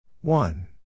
one